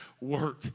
work